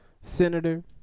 senator